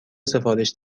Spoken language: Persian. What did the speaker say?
سفارش